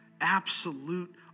absolute